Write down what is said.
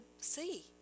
see